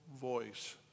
voice